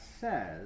says